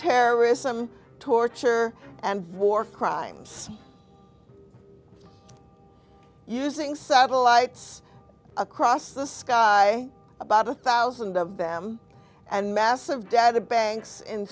terrorism torture and war crimes using satellites across the sky about a thousand of them and massive data banks and